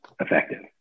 effective